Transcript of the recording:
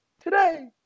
Today